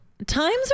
Times